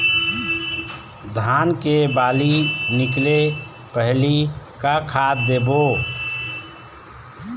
धान के बाली निकले पहली का खाद देबो?